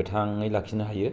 गोथांयै लाखिनो हायो